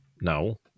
No